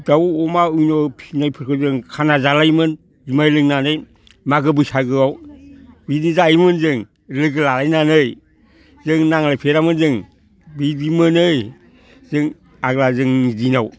दाउ अमा फिसिनायफोरखौ जों खाना जालायोमोन जुमाय लोंनानै मागो बैसागोआव बिदि जायोमोन जों लोगो लालायनानै जों नांलायफेरामोन जों बिदिमोन ओइ जों आगोलो जोंनि दिनाव